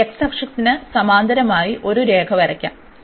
ഈ x അക്ഷത്തിന് സമാന്തരമായി ഒരു രേഖ വരയ്ക്കാം